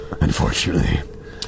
unfortunately